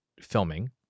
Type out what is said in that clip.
filming